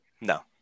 No